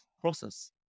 process